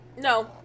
No